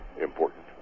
important